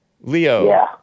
Leo